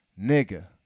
Nigga